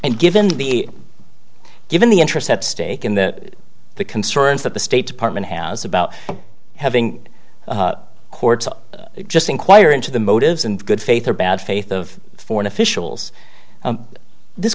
and given the given the interests at stake in the concerns that the state department has about having courts just inquire into the motives and good faith or bad faith of foreign officials this